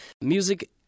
Music